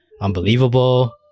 Unbelievable